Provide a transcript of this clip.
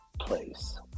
place